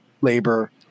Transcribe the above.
labor